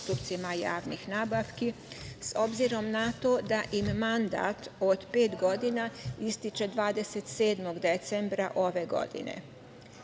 postupcima javnih nabavki, s obzirom na to da im mandat od pet godina ističe 27. decembra ove godine. Nakon